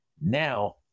Now